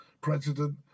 president